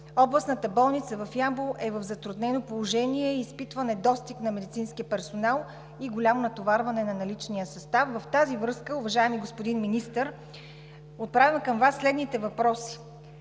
областната болница в Ямбол е в затруднено положение, изпитва недостиг на медицински персонал и голямо натоварване на наличния състав. Във връзка с това, уважаеми господин Министър, отправяме към Вас следните въпроси: